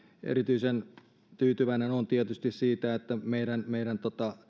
erityisen tyytyväinen olen tietysti siihen että meidän meidän